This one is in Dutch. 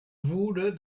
voelden